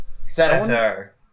Senator